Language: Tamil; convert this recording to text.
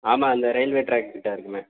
ஆமாம் அந்த ரயில்வே ட்ராக்கிட்ட இருக்குமே